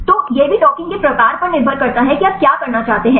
तो यह भी डॉकिंग के प्रकार पर निर्भर करता है कि आप क्या करना चाहते हैं